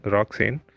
Roxane